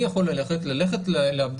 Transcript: אני יכול ללכת לבדיקה,